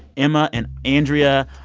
emma and andrea.